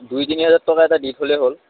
দুই তিনি হোজাৰ টকা এটা দি থ'লে হ'ল